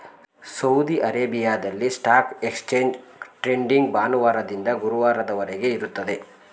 Saudi ಅರೇಬಿಯಾದಲ್ಲಿ stock exchange trading ಭಾನುವಾರದಿಂದ ಗುರುವಾರದವರೆಗೆ ಇರುತ್ತದೆ